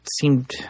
seemed